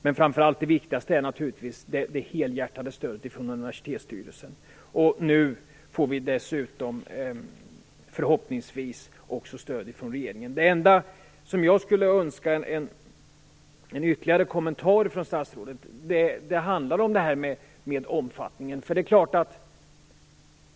Men det viktigaste är naturligtvis det helhjärtade stödet från universitetsstyrelsen. Nu får vi förhoppningsvis också stöd från regeringen. Den enda fråga där jag skulle önska en ytterligare kommentar från statsrådet handlar om omfattningen.